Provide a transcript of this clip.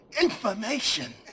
information